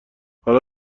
حالا